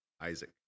Isaac